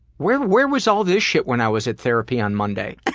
where where was all this shit when i was at therapy on monday? and